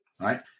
right